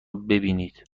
ببینید